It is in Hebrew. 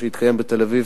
שהתקיים בתל-אביב